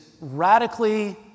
radically